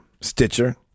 Stitcher